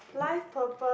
life purpose